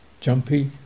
Jumpy